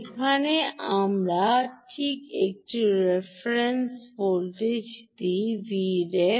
এখানে আমরা ঠিক একটি রেফারেন্স ভোল্টেজ Vref দেই